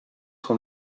son